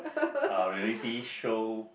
uh reality show